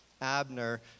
Abner